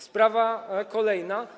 Sprawa kolejna.